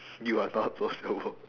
you are not sociable